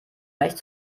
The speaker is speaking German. leicht